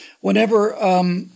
Whenever